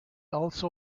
also